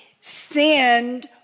send